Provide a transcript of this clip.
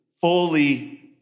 fully